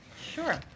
Sure